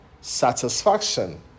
satisfaction